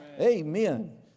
Amen